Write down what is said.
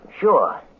Sure